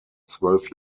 zwölf